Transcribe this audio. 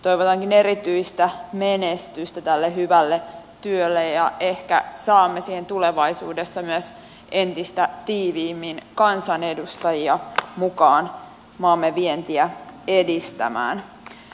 toivotankin erityistä menestystä tälle hyvälle työlle ja ehkä saamme siihen tulevaisuudessa myös entistä tiiviimmin kansanedustajia mukaan maamme vientiä edistämään